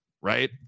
right